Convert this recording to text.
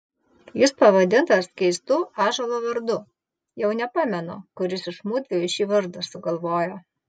jis pavadintas keistu ąžuolo vardu jau nepamenu kuris iš mudviejų šį vardą sugalvojo